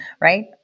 right